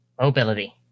Mobility